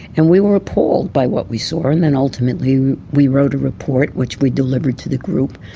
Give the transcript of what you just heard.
and we were appalled by what we saw. and then ultimately we wrote a report which we delivered to the group,